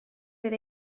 fydd